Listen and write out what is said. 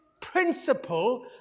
principle